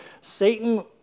Satan